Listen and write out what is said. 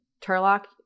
Turlock